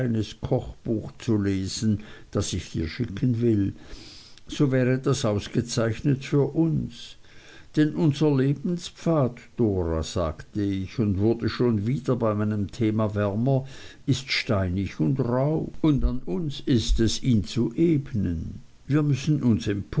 kochbuch zu lesen das ich dir schicken will so wäre das ausgezeichnet für uns denn unser lebenspfad dora sagte ich und wurde schon wieder bei meinem thema wärmer ist steinig und rauh und an uns ist es ihn zu ebnen wir müssen uns